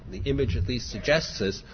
the image at least suggests this,